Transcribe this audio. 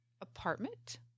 apartment